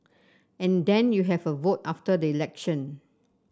and then you have a vote after the election